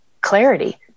clarity